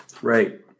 Right